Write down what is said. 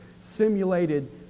simulated